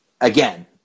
again